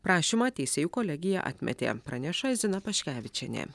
prašymą teisėjų kolegija atmetė praneša zina paškevičienė